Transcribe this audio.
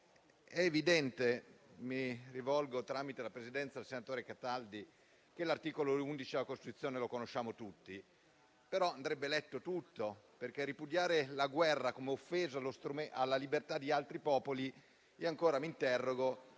percepito. Mi rivolgo tramite la Presidenza al senatore Cataldi: l'articolo 11 della Costituzione lo conosciamo tutti, ma andrebbe letto per intero. Si parla di ripudiare la guerra come offesa alla libertà di altri popoli, ed io ancora mi interrogo